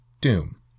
Doom